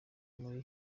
muri